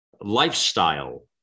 lifestyle